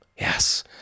Yes